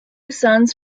sons